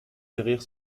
derrière